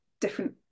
different